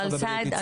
אבל סאיד,